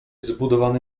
zbudowany